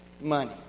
money